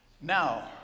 Now